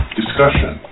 discussion